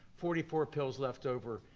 forty four pills left over,